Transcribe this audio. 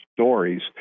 stories